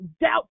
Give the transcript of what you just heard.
doubt